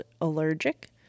Allergic